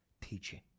teaching